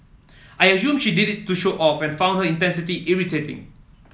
I assumed she did it to show off and found her irritating